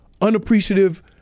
unappreciative